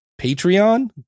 Patreon